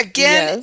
Again